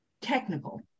technical